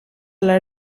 alla